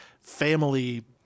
family